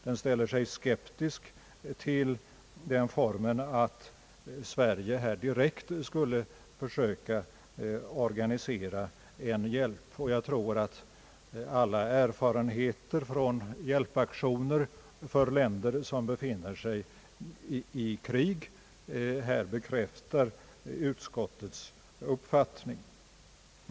Det ställer sig skeptiskt till den formen att Sverige direkt skulle försöka organisera en hjälpverksamhet. Jag tror att alla erfarenheter från hjälpaktioner till länder som befinner sig i krig bekräftar utskottets uppfattning.